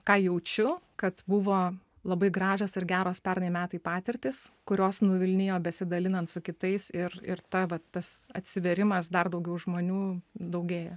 ką jaučiu kad buvo labai gražios ir geros pernai metai patirtys kurios nuvilnijo besidalinant su kitais ir ir ta va tas atsivėrimas dar daugiau žmonių daugėja